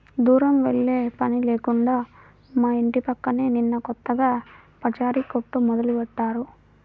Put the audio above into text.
దూరం వెళ్ళే పని లేకుండా మా ఇంటి పక్కనే నిన్న కొత్తగా పచారీ కొట్టు మొదలుబెట్టారు